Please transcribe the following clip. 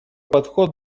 подход